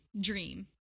dream